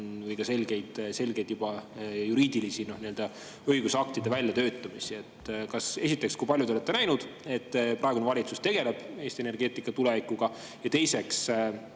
või ka juba selgete õigusaktide väljatöötamist? Esiteks, kui palju te olete näinud, et praegune valitsus tegeleb Eesti energeetika tulevikuga? Ja teiseks